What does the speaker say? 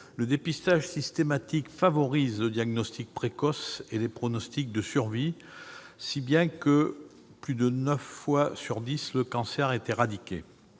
Le dépistage systématique favorise le diagnostic précoce et les pronostics de survie, si bien que, plus de neuf fois sur dix, le cancer est éradiqué.